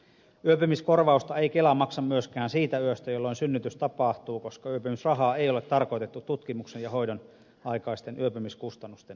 yöpymiskorvausta ei kela maksa myöskään siitä yöstä jolloin synnytys tapahtuu koska yöpymisrahaa ei ole tarkoitettu tutkimuksen ja hoidonaikaisten yöpymiskustannusten korvaamiseen